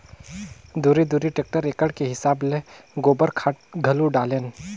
दूरी दूरी टेक्टर एकड़ के हिसाब ले गोबर खाद घलो डालेन